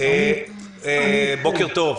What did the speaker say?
בוקר טוב.